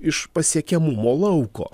iš pasiekiamumo lauko